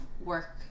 work